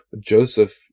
Joseph